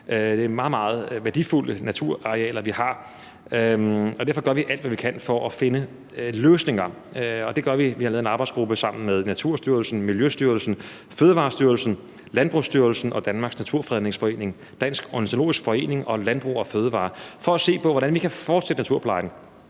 meget, meget værdifulde naturarealer, vi har. Derfor gør vi alt, hvad vi kan, for at finde løsninger – det gør vi. Vi har lavet en arbejdsgruppe sammen med Naturstyrelsen, Miljøstyrelsen, Fødevarestyrelsen, Landbrugsstyrelsen, Danmarks Naturfredningsforening, Dansk Ornitologisk Forening og Landbrug & Fødevarer for at se på, hvordan vi kan fortsætte naturplejen.